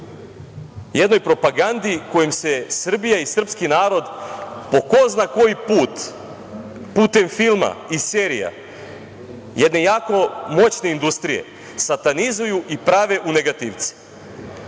jednoj propagandi kojom se Srbija i srpski narod, po ko zna koji put, putem filma i serija jedne jako moćne industrije satanizuju i prave u negativce. Nije